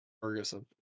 Ferguson